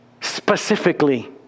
Specifically